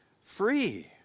free